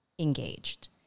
engaged